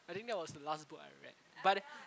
I think that was the last book I read but